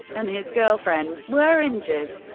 and his girlfriend were injured.